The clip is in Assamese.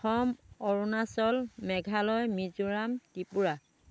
অসম অৰুণাচল মেঘালয় মিজোৰাম ত্ৰিপুৰা